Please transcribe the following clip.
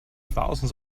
thousands